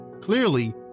Clearly